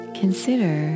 consider